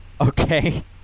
Okay